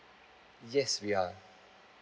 yes we are